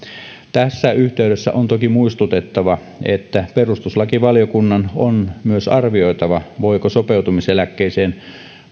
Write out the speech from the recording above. tässä yhteydessä on toki muistutettava että perustuslakivaliokunnan on myös arvioitava voiko sopeutumiseläkkeeseen